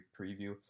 preview